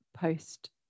post